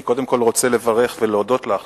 אני קודם כול רוצה לברך ולהודות לך